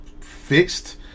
fixed